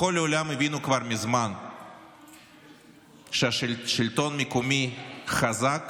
בכל העולם הבינו כבר מזמן ששלטון מקומי חזק